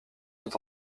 tout